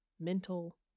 mental